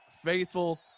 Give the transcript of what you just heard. Faithful